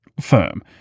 firm